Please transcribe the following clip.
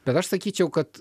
bet aš sakyčiau kad